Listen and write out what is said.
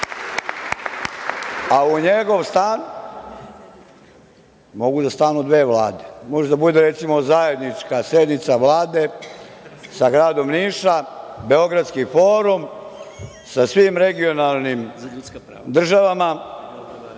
a u njegov stan mogu da stanu dve vlade. Može da bude, recimo, zajednička sednica Vlade sa gradom Niša, Beogradski forum, sa svim regionalnim državama